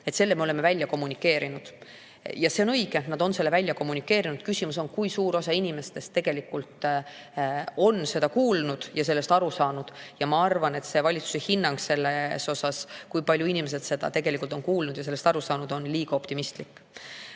– selle me oleme välja kommunikeerinud. Ja see on õige, et nad on selle välja kommunikeerinud. Küsimus on, kui suur osa inimestest tegelikult on seda kuulnud ja sellest aru saanud, ja ma arvan, et valitsuse hinnang selle kohta, kui paljud inimesed seda tegelikult on kuulnud ja sellest aru saanud, on liiga optimistlik.